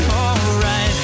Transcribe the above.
alright